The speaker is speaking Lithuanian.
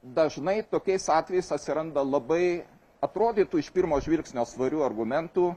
dažnai tokiais atvejais atsiranda labai atrodytų iš pirmo žvilgsnio svarių argumentų